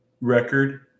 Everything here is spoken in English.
record